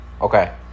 okay